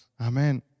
Amen